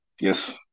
Yes